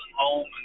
home